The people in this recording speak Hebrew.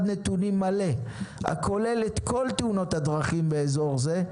נתונים מלא הכולל את כל תאונות הדרכים באזור זה,